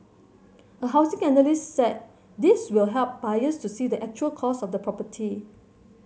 a housing analyst said this will help buyers to see the actual cost of the property